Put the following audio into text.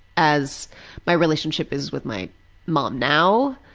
as my relationship is with my mom now,